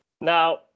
Now